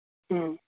ᱦᱮᱸ